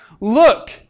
look